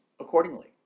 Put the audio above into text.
accordingly